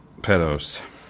pedos